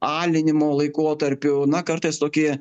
alinimo laikotarpiu na kartais tokį